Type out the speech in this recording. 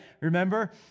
Remember